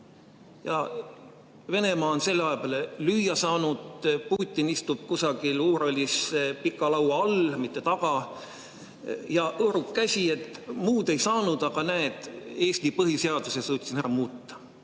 Venemaa on selle aja peale lüüa saanud, Putin istub kusagil Uuralis pika laua all, mitte taga, ja hõõrub käsi, et muud ei saanud, aga näed, Eesti põhiseaduse suutsin ära muuta.